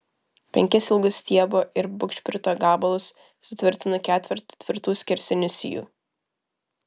penkis ilgus stiebo ir bugšprito gabalus sutvirtinu ketvertu tvirtų skersinių sijų